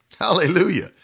Hallelujah